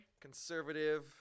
conservative